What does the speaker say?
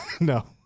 No